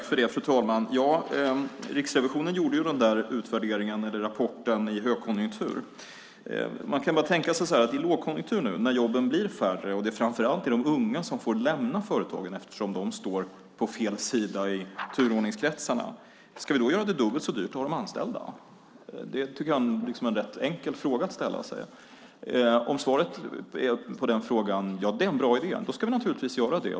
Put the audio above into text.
Fru talman! Riksrevisionen gjorde utvärderingen, rapporten, i högkonjunktur. Men ska vi i lågkonjunktur, när jobben blir färre och det är framför allt de unga som får lämna företagen eftersom de står på fel sida i turordningskretsarna, göra det dubbelt så dyrt att ha dem anställda? Det är en enkel fråga att ställa sig. Om svaret på den frågan är att det är en bra idé ska vi naturligtvis göra det.